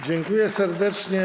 Dziękuję serdecznie.